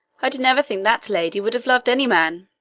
i did never think that lady would have loved any man.